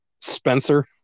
Spencer